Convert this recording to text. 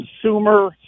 consumer